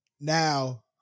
Now